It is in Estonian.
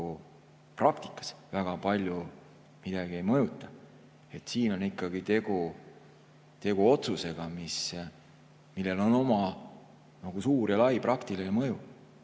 praktikas väga palju midagi ei mõjuta. Aga siin on ikkagi tegu otsusega, millel on oma suur ja lai praktiline mõju.